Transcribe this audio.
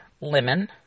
lemon